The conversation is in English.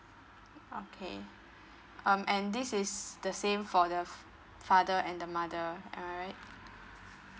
okay um and this is the same for the fa~ father and the mother am I right